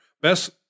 best